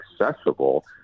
accessible